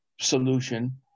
solution